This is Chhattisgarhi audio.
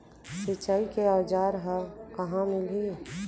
सिंचाई के औज़ार हा कहाँ मिलही?